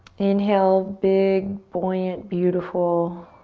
inhale big, buoyant, beautiful